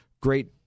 great